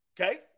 Okay